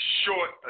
short